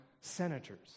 senators